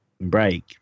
break